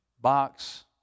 box